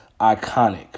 iconic